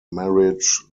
marriage